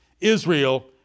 Israel